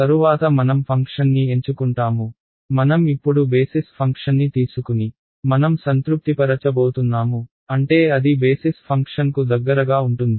తరువాత మనం ఫంక్షన్ని ఎంచుకుంటాము మనం ఇప్పుడు బేసిస్ ఫంక్షన్ని తీసుకుని మనం సంతృప్తిపరచబోతున్నాము అంటే అది బేసిస్ ఫంక్షన్కు దగ్గరగా ఉంటుంది